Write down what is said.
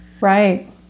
Right